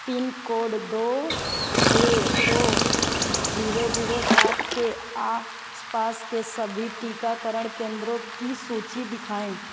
pin code दो छः दो ज़ीरो ज़ीरो सात के आसपास के सभी टीकाकरण केंद्रों की सूची दिखाएँ